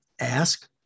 ask